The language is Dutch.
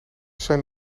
zijn